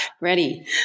Ready